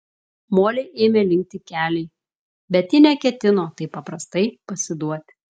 molei ėmė linkti keliai bet ji neketino taip paprastai pasiduoti